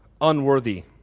unworthy